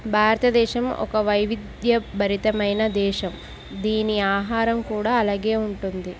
భారతదేశం ఒక వైవిధ్యభరితమైన దేశం దీని ఆహరం కూడా అలాగే ఉంటుంది